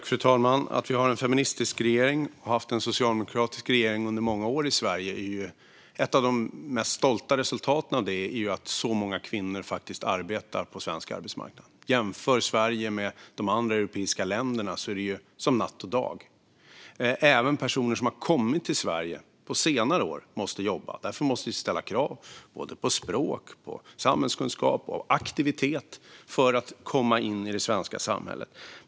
Fru talman! Vi har en feministisk regering och har haft en socialdemokratisk regering under många år i Sverige. Ett av resultaten av det som vi är mest stolta över är att så många kvinnor faktiskt arbetar på svensk arbetsmarknad. Om man jämför Sverige med de andra europeiska länderna är det som natt och dag. Även personer som har kommit till Sverige på senare år måste jobba. Därför måste vi ställa krav på språkkunskaper, samhällskunskap och aktivitet för att de ska komma in i det svenska samhället.